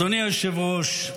אדוני היושב-ראש,